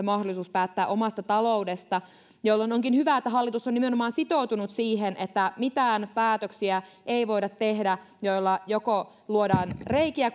mahdollisuus päättää omasta taloudesta jolloin onkin hyvä että hallitus on nimenomaan sitoutunut siihen että mitään päätöksiä ei voida tehdä joilla joko luodaan reikiä